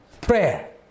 prayer